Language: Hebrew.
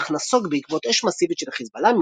אך נסוג בעקבות אש מסיבית של חזבאללה,